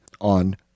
on